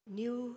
new